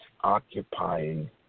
occupying